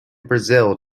brazil